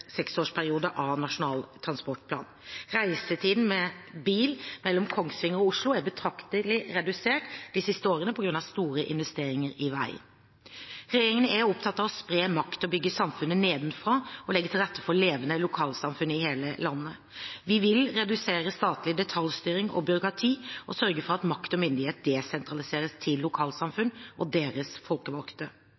seksårsperiode av Nasjonal transportplan. Reisetiden med bil mellom Kongsvinger og Oslo er betraktelig redusert de siste årene på grunn av store investeringer i vei. Regjeringen er opptatt av å spre makt og bygge samfunnet nedenfra og legge til rette for levende lokalsamfunn i hele landet. Vi vil redusere statlig detaljstyring og byråkrati og sørge for at makt og myndighet desentraliseres til